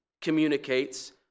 communicates